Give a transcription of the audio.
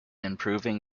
improving